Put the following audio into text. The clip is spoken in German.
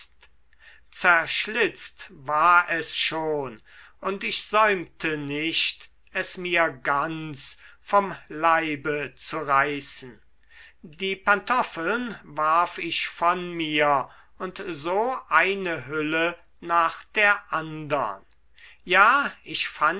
zerschlitzt war es schon und ich säumte nicht es mir ganz vom leibe zu reißen die pantoffeln warf ich von mir und so eine hülle nach der andern ja ich